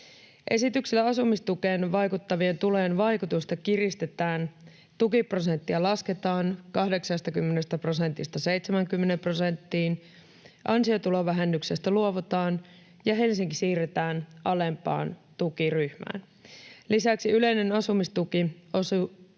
Esityksellä asumistukeen vaikuttavien tulojen vaikutusta kiristetään, tukiprosenttia lasketaan 80 prosentista 70 prosenttiin, ansiotulovähennyksestä luovutaan ja Helsinki siirretään alempaan tukiryhmään. Lisäksi yleinen asumistuki